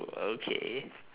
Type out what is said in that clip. okay